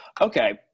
Okay